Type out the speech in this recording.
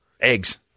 eggs